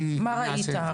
מה ראית?